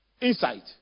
Insight